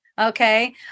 Okay